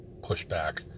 pushback